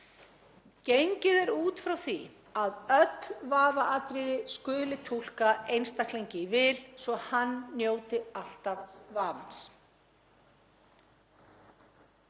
Gengið er út frá því að öll vafaatriði skuli túlka einstaklingi í vil svo hann njóti alltaf vafans.